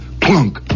Plunk